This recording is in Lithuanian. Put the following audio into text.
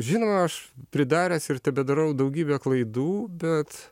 žinoma aš pridaręs ir tebedarau daugybę klaidų bet